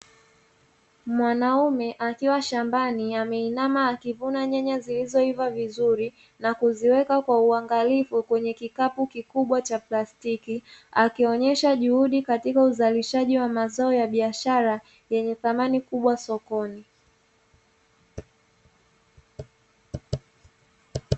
Mwanaume akiwa shambani ameinama akivuna nyanya zilizoiva vizuri na kuziweka kwa uangalifu kwenye kikapu kikubwa cha plastiki, akionyesha juhudi katika uzalishaji wa mazao ya biashara yenye thamani kubwa sokoni.